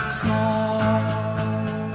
small